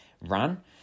run